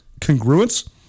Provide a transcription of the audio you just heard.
congruence